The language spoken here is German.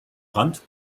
rand